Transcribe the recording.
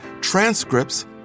transcripts